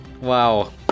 Wow